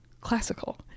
classical